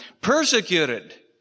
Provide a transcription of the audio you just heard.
Persecuted